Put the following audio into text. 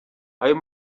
ayo